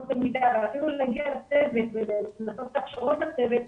תלמידה ואפילו להגיע לצוות ולעשות את ההכשרות לצוות,